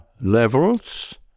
levels